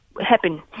happen